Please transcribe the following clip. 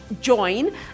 join